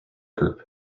group